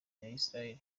israel